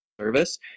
service